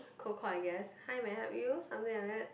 cold call I guess hi may I help you something like that